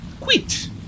quit